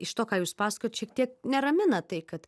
iš to ką jūs pasakojot šiek tiek neramina tai kad